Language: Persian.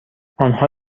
آنها